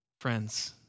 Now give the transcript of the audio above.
Friends